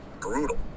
brutal